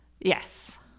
Yes